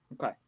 Okay